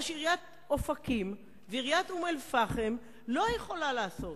מה שעיריית אופקים ועיריית אום-אל-פחם לא יכולות לעשות?